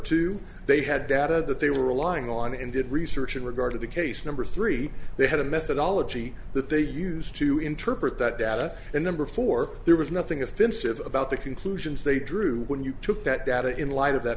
two they had data that they were relying on and did research in regard to the case number three they had a methodology that they used to interpret that data and number four there was nothing offensive about the conclusions they drew when you took that data in light of that